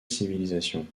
civilisation